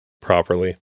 properly